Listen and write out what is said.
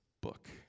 book